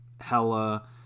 Hella